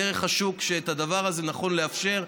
דרך השוק שאת הדבר הזה נכון לאפשר.